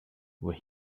were